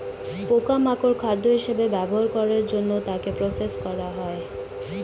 পোকা মাকড় খাদ্য হিসেবে ব্যবহার করার জন্য তাকে প্রসেস করা হয়